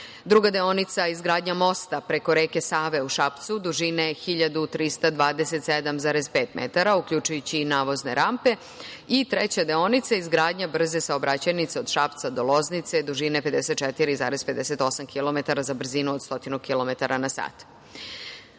druga deonica je izgradnja mosta preko Save u Šapcu dužine 1.327,5 m, uključujući i navozne rampe i treća deonica je izgradnja brze saobraćajnice od Šapca do Loznice dužine 54,58 km za brzinu od 100 km/s.Sledeći